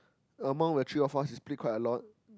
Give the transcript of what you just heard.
amount where three of us we split quite a lot